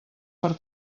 per